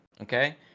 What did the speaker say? Okay